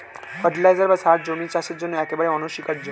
fertiliser বা সার জমির চাষের জন্য একেবারে অনস্বীকার্য